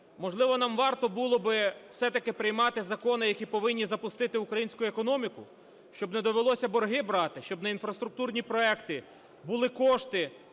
можливо нам варто було б все-таки приймати закони, які повинні запустити українську економіку, щоб не довелося борги брати, щоб на інфраструктурні проекти були кошти,